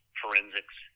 forensics